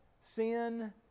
sin